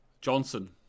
Johnson